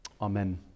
Amen